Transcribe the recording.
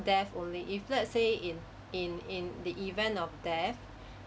death only if let's say in in in the event of death